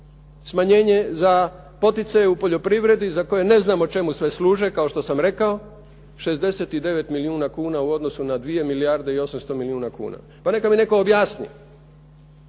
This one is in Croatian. smanjenje za poticaje u poljoprivredi za koje ne znamo čemu sve služe, kao što sam rekao, 69 milijuna kuna u odnosu na 2 milijarde i 800 milijuna kuna. Pa neka mi netko objasni.